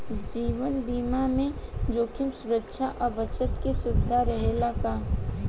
जीवन बीमा में जोखिम सुरक्षा आ बचत के सुविधा रहेला का?